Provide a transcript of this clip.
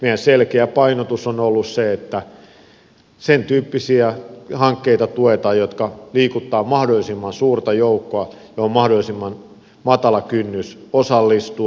meidän selkeä painotuksemme on ollut se että sentyyppisiä hankkeita tuetaan jotka liikuttavat mahdollisimman suurta joukkoa ja joihin on mahdollisimman matala kynnys osallistua